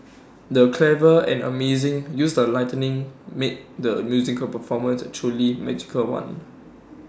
the clever and amazing use of lighting made the musical performance A truly magical one